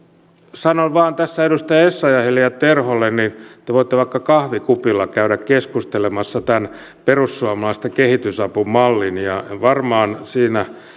sanon vain tässä edustaja essayahille ja edustaja terholle että te voitte vaikka kahvikupilla käydä keskustelemassa tämän perussuomalaisten kehitysapumallin ja varmaan siinä